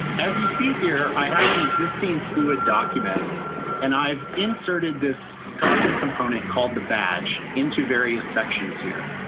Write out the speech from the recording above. as you see here. i have an existing fluid document and i've inserted this custom component called the badge into various sections here,